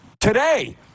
today